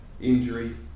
injury